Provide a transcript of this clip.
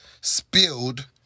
spilled